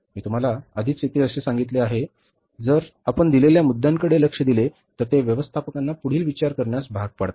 मी तुम्हाला आधीच येथे काय सांगितले आहे जर आपण दिलेल्या मुद्द्यांकडे लक्ष दिले तर ते व्यवस्थापकांना पुढील विचार करण्यास भाग पाडते